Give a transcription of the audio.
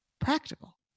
practical